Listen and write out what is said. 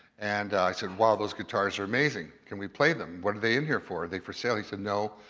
and i said, wow, those guitars are amazing, can we play them? what are they in here for, are they for sale? he said no,